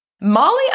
Molly